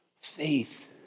faith